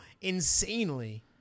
insanely